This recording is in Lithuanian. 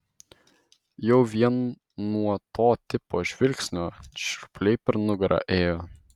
jau vien nuo to tipo žvilgsnio šiurpuliai per nugarą ėjo